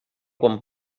quan